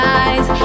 eyes